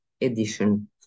edition